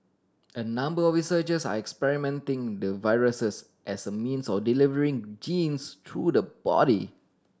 a number researchers are experimenting the viruses as a means of delivering genes through the body